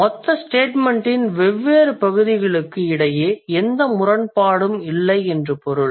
மொத்த ஸ்டேட்மெண்ட்டின் வெவ்வேறு பகுதிகளுக்கு இடையே எந்த முரண்பாடும் இல்லை என்று பொருள்